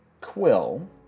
Quill